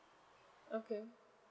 okay